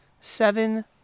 seven